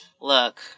Look